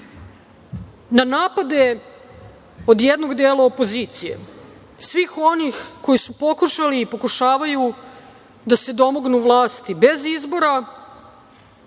napade od jednog dela opozicije, svih onih koji su pokušali i pokušavaju da se domognu vlasti bez izbora